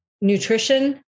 nutrition